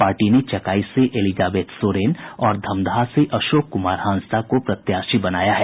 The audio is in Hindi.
पार्टी ने चकाई से एलीजाबेथ सोरेन और धमदाहा अशोक कुमार हांसदा को प्रत्याशी बनाया है